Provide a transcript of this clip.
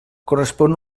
correspon